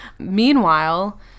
Meanwhile